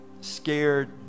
scared